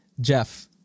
Jeff